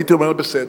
הייתי אומר: בסדר,